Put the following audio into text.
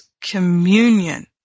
communion